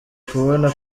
kubona